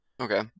Okay